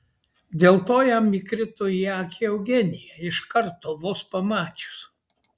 dėl to jam įkrito į akį eugenija iš karto vos pamačius